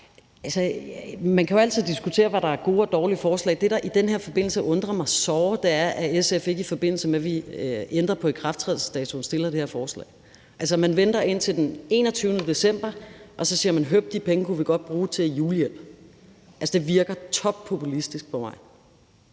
Man kan jo altid diskutere, hvad der er gode og dårlige forslag. Det, der undrer mig såre, er, at SF ikke i forbindelse med, at vi ændrer på ikrafttrædelsesdatoen, fremsætter det her forslag, og at man venter indtil den 21. december, og så siger man, at de penge kunne man godt bruge til julehjælp. Altså, det virker toppopulistisk på mig.